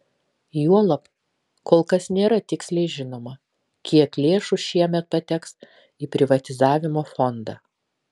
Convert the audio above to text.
juolab kol kas nėra tiksliai žinoma kiek lėšų šiemet pateks į privatizavimo fondą